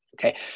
Okay